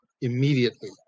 immediately